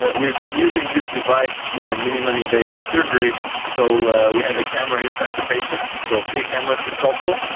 ah we've been using this device for minimum invasive surgery, so we have a camera inside the patient, so three cameras in total,